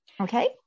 okay